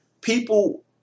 people